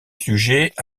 sujet